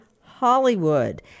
Hollywood